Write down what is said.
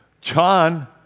John